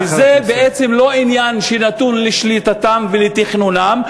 זה בעצם לא עניין שנתון לשליטתם ולתכנונם,